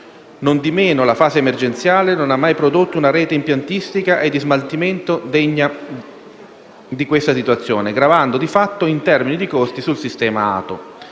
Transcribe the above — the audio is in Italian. Nondimeno, la fase emergenziale non ha mai prodotto una rete impiantistica e di smaltimento degna di questa situazione, gravando di fatto in termini di costo sul sistema ATO.